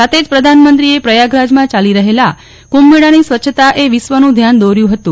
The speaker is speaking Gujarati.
સાથે જ પ્રધાનમંત્રીએ પ્રયાગરાજમાં ચાલી રહેલા કુંભમેળાની સ્વચ્છતાએ વિશ્વનું ધ્યાન દોર્યું હતું